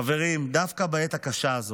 חברים, דווקא בעת הקשה הזאת,